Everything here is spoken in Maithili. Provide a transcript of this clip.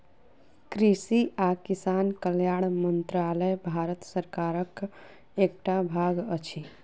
कृषि आ किसान कल्याण मंत्रालय भारत सरकारक एकटा भाग अछि